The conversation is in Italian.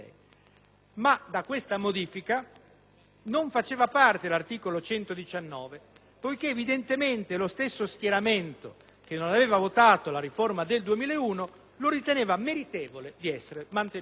Ma di questa modifica non faceva parte l'articolo 119 poiché evidentemente lo stesso schieramento che non aveva votato la riforma del 2001 lo riteneva meritevole di essere mantenuto.